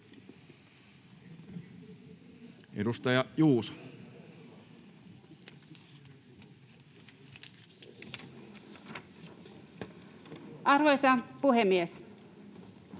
Edustaja Juuso. Arvoisa puhemies!